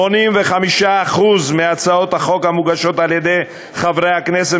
85% מהצעות החוק המוגשות על-ידי חברי כנסת